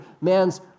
man's